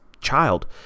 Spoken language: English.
child